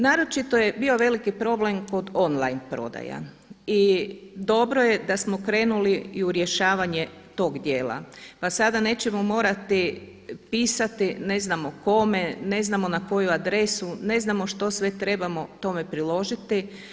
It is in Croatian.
Naročito je bio veliki problem kod on-line prodaja i dobro je da smo krenuli i u rješavanje tog djela pa sada neće morati pisati ne znamo kome, ne znamo na koju adresu, ne znamo što sve trebamo tome priložiti.